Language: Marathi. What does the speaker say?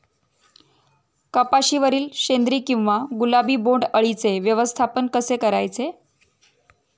कपाशिवरील शेंदरी किंवा गुलाबी बोंडअळीचे व्यवस्थापन कसे करायचे?